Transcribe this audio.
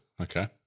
Okay